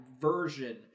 version